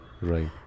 right